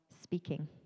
speaking